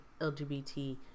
LGBT